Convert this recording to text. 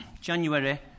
January